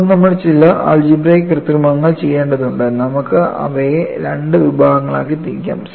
ഇപ്പോൾ നമ്മൾ ചില ആൾജിബ്ര കൃത്രിമങ്ങൾ ചെയ്യേണ്ടതുണ്ട് നമുക്ക് അവയെ രണ്ട് വിഭാഗങ്ങളായി തിരിക്കാം